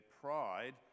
pride